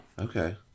Okay